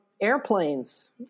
airplanes